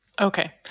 Okay